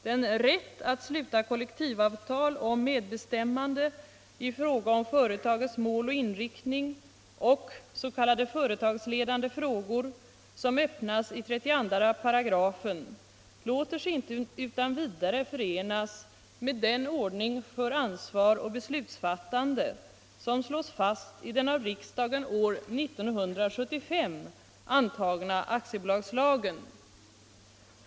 Den rätt att sluta kollektivavtal om medbestämmande i fråga om företagets mål och inriktning och s.k. företagsledande frågor som öppnas i 32 § låter sig inte utan vidare förenas med den ordning för ansvar och beslutsfattande som slås fast i den av riksdagen år 1975 antagna aktiebolagslagen.